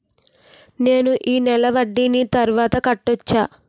నేను ఈ నెల వడ్డీని తర్వాత కట్టచా?